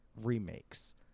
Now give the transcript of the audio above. remakes